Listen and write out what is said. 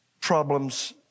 problems